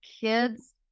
kids